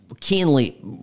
keenly